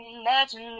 Imagine